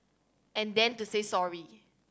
and then to say sorry